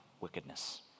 wickedness